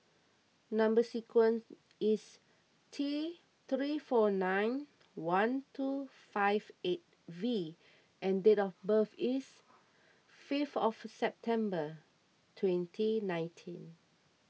Number Sequence is T three four nine one two five eight V and date of birth is fifth of September twenty nineteen